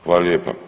Hvala lijepa.